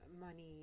money